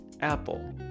Apple